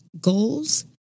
goals